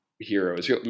heroes